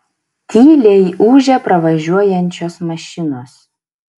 tyliai ūžia pravažiuojančios mašinos